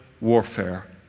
warfare